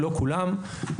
לא כולם.